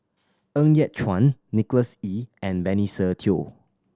Ng Yat Chuan Nicholas Ee and Benny Se Teo